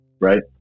right